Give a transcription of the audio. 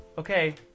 Okay